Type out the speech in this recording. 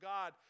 God